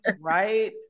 Right